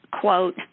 quote